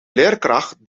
leerkracht